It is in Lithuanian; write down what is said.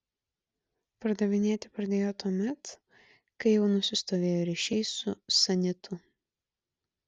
pardavinėti pradėjo tuomet kai jau nusistovėjo ryšiai su sanitu